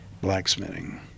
blacksmithing